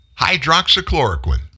Hydroxychloroquine